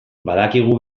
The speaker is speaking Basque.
badakigu